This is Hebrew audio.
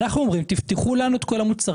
אנחנו אומרים תפתחו לנו את כל המוצרים